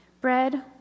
bread